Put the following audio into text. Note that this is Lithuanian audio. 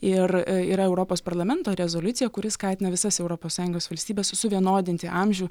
ir yra europos parlamento rezoliucija kuri skatina visas europos sąjungos valstybes suvienodinti amžių